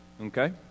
Okay